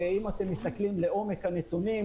ואם אתם מסתכלים לעומק הנתונים,